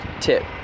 tip